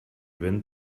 ben